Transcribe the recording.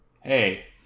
hey